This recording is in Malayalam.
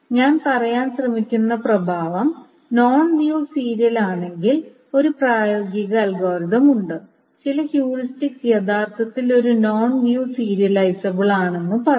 ഞാൻ പറയാൻ ശ്രമിക്കുന്ന പ്രഭാവം നോൺ വ്യൂ സീരിയൽ ആണെങ്കിൽ ഒരു പ്രായോഗിക അൽഗോരിതം ഉണ്ട് ചില ഹ്യൂറിസ്റ്റിക്സ് യഥാർത്ഥത്തിൽ ഇത് നോൺ വ്യൂ സീരിയലൈസബിൾ ആണെന്ന് പറയും